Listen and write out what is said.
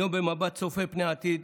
היום, במבט צופה פני עתיד